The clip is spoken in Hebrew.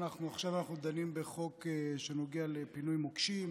עכשיו אנחנו דנים בחוק שנוגע לפינוי מוקשים,